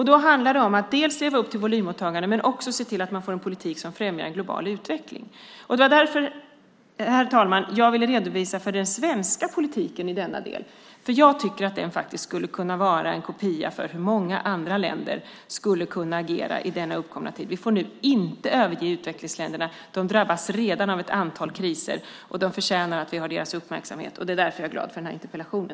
Då handlar det om att leva upp till volymåtaganden och se till att man får en politik som främjar en global utveckling. Det var därför, herr talman, jag ville redogöra för den svenska politiken i denna del. Jag tycker faktiskt att många länder skulle kunna kopiera den i den uppkomna situationen. Vi får inte överge utvecklingsländerna. De drabbas redan av ett antal kriser, och det förtjänar att få vår uppmärksamhet. Det är därför jag är glad för den här interpellationen.